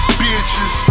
bitches